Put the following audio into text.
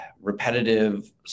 repetitive